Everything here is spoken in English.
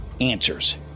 answers